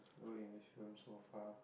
good English films so far